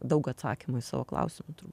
daug atsakymų į savo klausimą turbūt